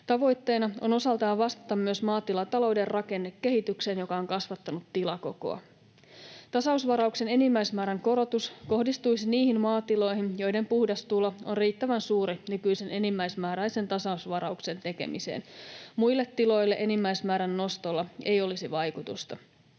Tavoitteena on osaltaan vastata myös maatilatalouden rakennekehitykseen, joka on kasvattanut tilakokoa. Tasausvarauksen enimmäismäärän korotus kohdistuisi niihin maatiloihin, joiden puhdas tulo on riittävän suuri nykyisen enimmäismääräisen tasausvarauksen tekemiseen. Muille tiloille enimmäismäärän nostolla ei olisi vaikutusta.